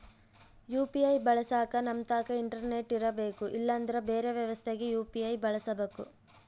UPI ಬಳಸಕ ನಮ್ತಕ internet ಇರರ್ಬೆಕು ಇಲ್ಲಂದ್ರ ಬೆರೆ ವ್ಯವಸ್ಥೆಗ ಯು.ಪಿ.ಐ ಬಳಸಬಕು